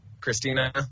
Christina